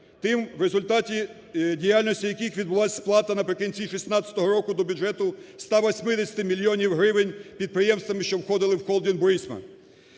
Тим, в результаті діяльності яких відбулась сплата наприкінці 2016 року до бюджету 180 мільйонів гривень підприємствами, що входили в холдинг